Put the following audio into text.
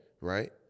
right